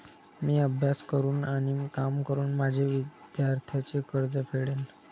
मी अभ्यास करून आणि काम करून माझे विद्यार्थ्यांचे कर्ज फेडेन